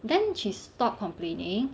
then she stop complaining